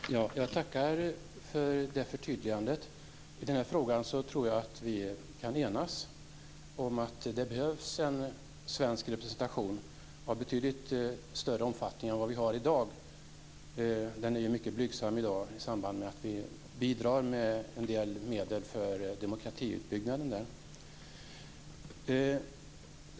Herr talman! Jag tackar för det förtydligandet. Jag tror att vi kan enas om att det behövs en svensk representation av betydligt större omfattning än vad vi har i dag. Den är ju mycket blygsam, och den sker i samband med att vi bidrar med en del medel för demokratiuppbyggnaden i Vitryssland.